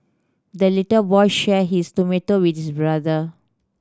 the little boy shared his tomato with his brother